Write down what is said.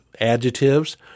adjectives